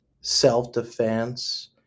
self-defense